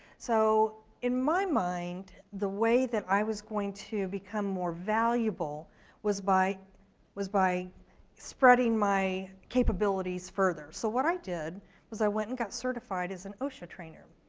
so in my mind, the way that i was going to become more valuable was by was by spreading my capabilities further. so what i did was i went and got certified as a and osha trainer.